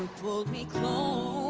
pulled me close